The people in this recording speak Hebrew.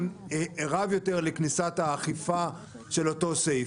רב יותר לכניסת האכיפה של אותו סעיף.